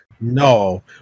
No